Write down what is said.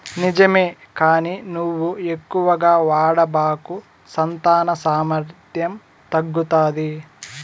నిజమే కానీ నువ్వు ఎక్కువగా వాడబాకు సంతాన సామర్థ్యం తగ్గుతాది